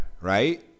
right